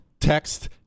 text